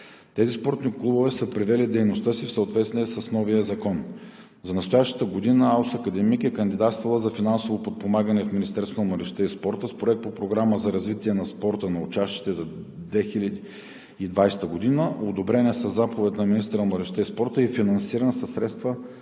Тези спортни клубове са привели дейността си в съответствие с новия закон. За настоящата година АУС „Академик“ е кандидатствала за финансово подпомагане в Министерството на младежта и спорта с Проект по програма за развитие на спорта на учащите за 2020 г., одобрена със заповед на министъра на младежта и спорта и финансирана със средства